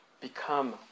become